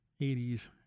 80s